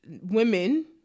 women